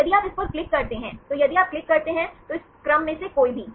तो यदि आप इस पर क्लिक करते हैं तो यदि आप क्लिक करते हैं तो इस क्रम में से कोई भी